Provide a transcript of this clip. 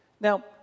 Now